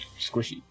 Squishy